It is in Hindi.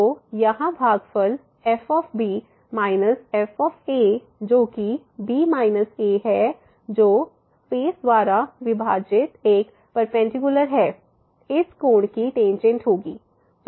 तो यहाँ भागफल f f जोकि b a है जो स्पेस द्वारा विभाजित एक परपेंडिकुलर है इस कोण की टेंजेंट होगी